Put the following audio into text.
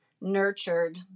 nurtured